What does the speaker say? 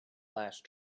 last